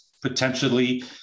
potentially